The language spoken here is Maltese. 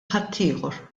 ħaddieħor